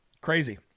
Crazy